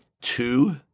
two